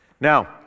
Now